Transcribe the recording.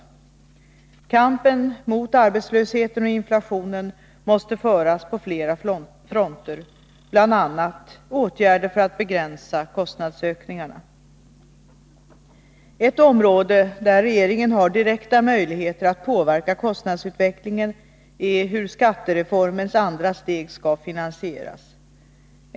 Kampen mot arbetslösheten och inflationen måste föras på flera fronter, bl.a. genom åtgärder för att begränsa kostnadsökningarna. Ett område där regeringen har direkta möjligheter att påverka kostnadsutvecklingen är hur skattereformens andra steg skall finansieras.